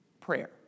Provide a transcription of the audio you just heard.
prayer